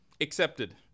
accepted